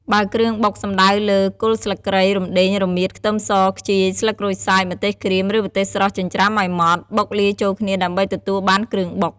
បើគ្រឿងបុកសំដៅលើ គល់ស្លឹកគ្រៃ រំដេង រមៀត ខ្ទឹមស ខ្ជាយ ស្លឹកក្រូចសើច ម្ទេសក្រៀម ឬម្ទេសស្រស់ (ចិញ្ច្រាំឲ្យម៉ត់) បុកលាយចូលគ្នាដើម្បីទទួលបានគ្រឿងបុក។